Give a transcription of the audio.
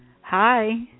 Hi